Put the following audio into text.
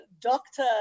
doctor